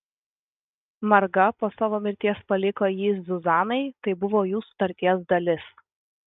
marga po savo mirties paliko jį zuzanai tai buvo jų sutarties dalis